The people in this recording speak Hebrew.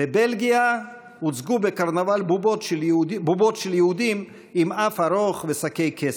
בבלגיה הוצגו בקרנבל בובות של יהודים עם אף ארוך ושׂקי כסף,